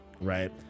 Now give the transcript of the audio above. right